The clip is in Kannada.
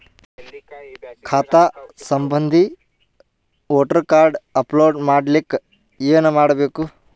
ಖಾತಾ ಸಂಬಂಧಿ ವೋಟರ ಕಾರ್ಡ್ ಅಪ್ಲೋಡ್ ಮಾಡಲಿಕ್ಕೆ ಏನ ಮಾಡಬೇಕು?